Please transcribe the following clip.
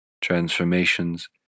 transformations